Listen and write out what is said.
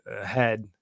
ahead